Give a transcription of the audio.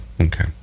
okay